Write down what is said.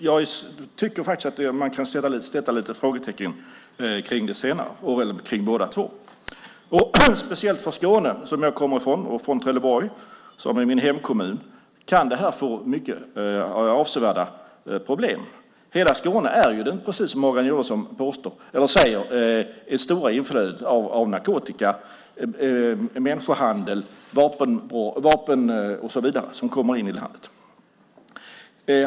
Jag tycker faktiskt att man kan sätta lite frågetecken kring båda dessa saker. Speciellt för Skåne som jag kommer från - Trelleborg är min hemkommun - kan detta få avsevärda problem. I hela Skåne sker, precis som Morgan Johansson säger, det stora inflödet av narkotika, människohandel och införsel av vapen till landet.